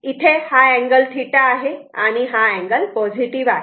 इथे हा अँगल θ आहे आणि हा अँगल पॉझिटिव आहे